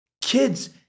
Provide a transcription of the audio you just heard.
Kids